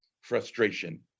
frustration